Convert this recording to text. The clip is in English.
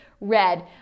red